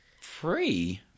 Free